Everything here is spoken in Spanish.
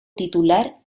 titular